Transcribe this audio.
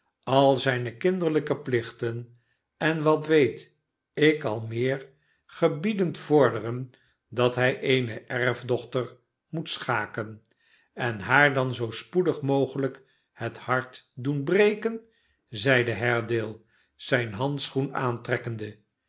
al zijne kinderlijke plichten en wat weet ik al meer gebiedend vorderen dat hij eene erfdochter moet schaken en haar dan zoo spoedig mogelijk het hart doen breken zeide haredale zijn handschoen aantrekkende